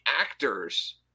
actors